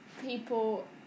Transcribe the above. people